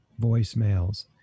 voicemails